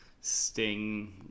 sting